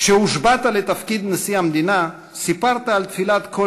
כשהושבעת לתפקיד נשיא המדינה סיפרת על תפילת "כל